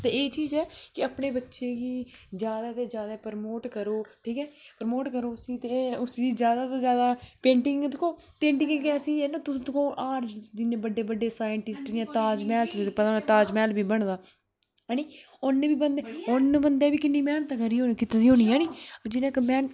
ते एह चीज ऐ अपने बच्चें गी जादा तो जादा प्रमोट करो ठीक ऐ प्रमोट करो उसी ते उसी जादा तू जादा पेटिंग दिक्खो पेटिंग इक ऐसी ऐ न तुस हर जिन्ने बड्डे बड्डे साईंटिस्ट ताजमैह्ल तुसेंई पता होना ताजमैह्ल बी बने दा है नी उन्न बी उन्न बंदे बी किन्नी मैह्नत करियै होनी कीती दी होनी है नी जिन्नै इक